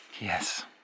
Yes